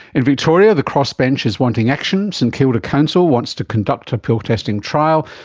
in victoria the crossbench is wanting action. st kilda council wants to conduct a pill testing trial,